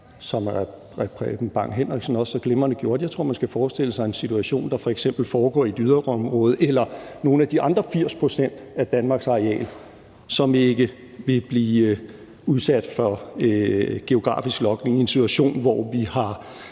som hr. Preben Bang Henriksen også så glimrende gjorde, nemlig en situation, der f.eks. foregår i et yderområde eller i nogle af de andre 80 pct. af Danmarks areal, som ikke vil blive udsat for geografisk logning. Det er en situation, hvor vi er